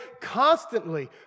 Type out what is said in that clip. constantly